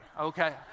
okay